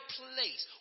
place